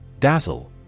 Dazzle